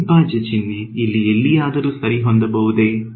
ಅವಿಭಾಜ್ಯ ಚಿಹ್ನೆ ಇಲ್ಲಿ ಎಲ್ಲಿಯಾದರೂ ಸರಿ ಹೊಂದಬಹುದೇ